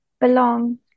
belong